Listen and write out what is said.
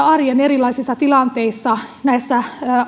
arjen erilaisissa tilanteissa näissä